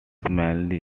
mainly